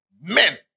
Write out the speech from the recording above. men